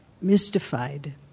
mystified